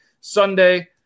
Sunday